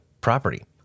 property